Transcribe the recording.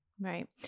Right